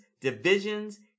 divisions